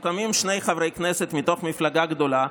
או שקמים שני חברי כנסת מתוך מפלגה גדולה,